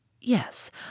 Yes